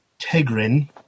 Tegrin